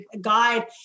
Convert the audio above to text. guide